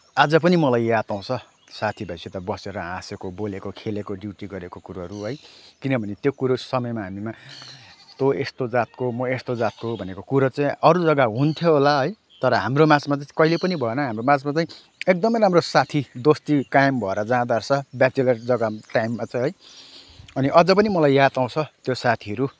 आज पनि मलाई याद आउँछ साथीभाइसित बसेर हाँसेको बोलेको खेलेको ड्युटी गरेको कुरोहरू है किनभने त्यो कुरो समयमा हामीमा त यस्तो जातको म यस्तो जातको भनेको कुरो चाहिँ अरू जग्गा हुन्थ्यो होला है तर हाम्रो माझमा कहिल्यै पनि हाम्रो माझमा चाहिँ एकदमै राम्रो साथी दोस्ती कायम भएर जाँदो रहेछ व्यक्तिगत जग्गा टाइममा चाहिँ अनि अझै पनि मलाई याद आउँछ त्यो साथीहरू